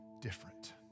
different